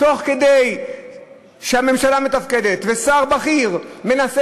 תוך כדי שהממשלה מתפקדת שר בכיר מנסה